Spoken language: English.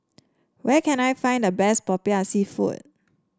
where can I find the best Popiah seafood